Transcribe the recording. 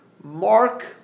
Mark